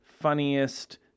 funniest